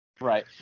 Right